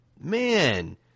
Man